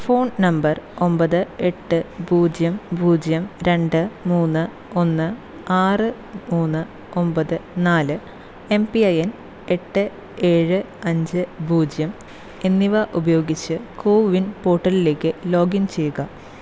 phone number ഒമ്പത് എട്ട് പൂജ്യം പൂജ്യം രണ്ട് മൂന്ന് ഒന്ന് ആറ് മൂന്ന് ഒമ്പത് നാല് എം പി ഐ എൻ എട്ട് ഏഴ് അഞ്ച് പൂജ്യം എന്നിവ ഉപയോഗിച്ച് കോവിൻ പോർട്ടലിലേക്ക് ലോഗിൻ ചെയ്യുക